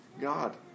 God